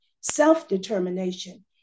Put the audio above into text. self-determination